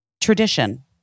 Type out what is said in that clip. Tradition